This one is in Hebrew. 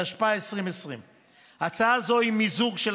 התשפ"א 2020. הצעה זו היא מיזוג של